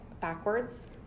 backwards